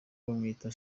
bamwita